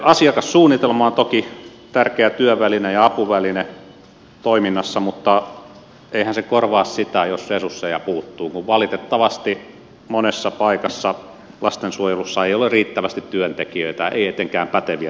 asiakassuunnitelma on toki tärkeä työväline ja apuväline toiminnassa mutta eihän se korvaa sitä jos resursseja puuttuu kun valitettavasti monessa paikassa lastensuojelussa ei ole riittävästi työntekijöitä ei etenkään päteviä työntekijöitä